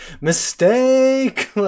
mistake